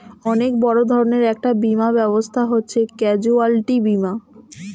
অনেক বড় ধরনের একটা বীমা ব্যবস্থা হচ্ছে ক্যাজুয়ালটি বীমা